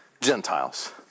Gentiles